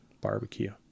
barbecue